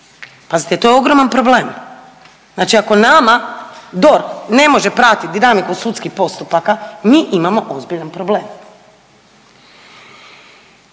Pazite to je ogroman problem, znači ako nama DORH ne može pratiti dinamiku sudskih postupaka mi imamo ozbiljan problem.